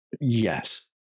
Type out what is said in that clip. Yes